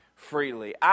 Freely